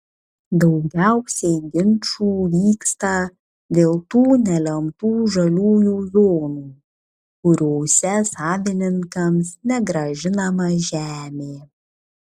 daugiausiai ginčų vyksta dėl tų nelemtų žaliųjų zonų kuriose savininkams negrąžinama žemė